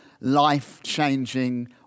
life-changing